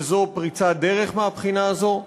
וזו פריצת דרך מהבחינה הזו.